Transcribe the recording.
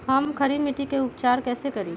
हम खड़ी मिट्टी के उपचार कईसे करी?